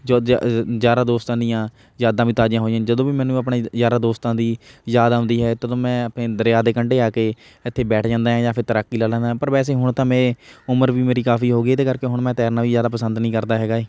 ਜੋ ਜ ਯਾਰਾਂ ਦੋਸਤਾਂ ਦੀਆਂ ਯਾਦਾਂ ਵੀ ਤਾਜ਼ੀਆਂ ਹੋਈਆਂ ਜਦੋਂ ਵੀ ਮੈਨੂੰ ਆਪਣੇ ਯਾਰਾਂ ਦੋਸਤਾਂ ਦੀ ਯਾਦ ਆਉਂਦੀ ਹੈ ਤਦੋਂ ਮੈਂ ਆਪਣੇ ਦਰਿਆ ਦੇ ਕੰਢੇ ਆ ਕੇ ਇੱਥੇ ਬੈਠ ਜਾਂਦਾ ਐਂ ਜਾਂ ਫਿਰ ਤੈਰਾਕੀ ਲਾ ਲੈਂਦਾ ਪਰ ਵੈਸੇ ਹੁਣ ਤਾਂ ਮੈਂ ਉਮਰ ਵੀ ਮੇਰੀ ਕਾਫੀ ਹੋ ਗਈ ਇਹਦੇ ਕਰਕੇ ਹੁਣ ਮੈਂ ਤੈਰਨਾ ਵੀ ਜ਼ਿਆਦਾ ਪਸੰਦ ਨਹੀਂ ਕਰਦਾ ਹੈਗਾ ਏ